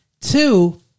Two